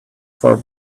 for